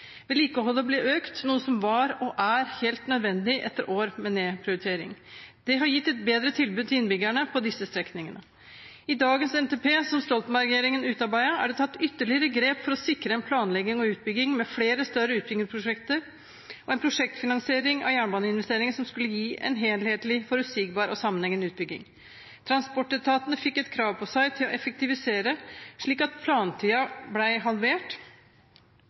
Vedlikeholdet ble økt, noe som var og er helt nødvendig etter år med nedprioritering. Det har gitt et bedre tilbud til innbyggerne på disse strekningene. I dagens NTP, som Stoltenberg-regjeringen utarbeidet, er det tatt ytterligere grep for å sikre en planlegging og utbygging med flere større utbyggingsprosjekter og en prosjektfinansiering av jernbaneinvesteringene som skulle gi en helhetlig, forutsigbar og sammenhengende utbygging. Transportetatene fikk krav på seg til å effektivisere, slik at plantiden ble halvert